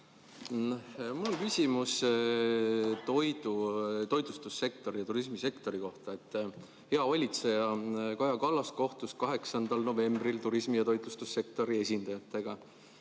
Mul on küsimus toitlustussektori ja turismisektori kohta. Hea valitseja Kaja Kallas kohtus 8. novembril turismi‑ ja toitlustussektori esindajatega,